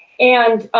and